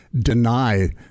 deny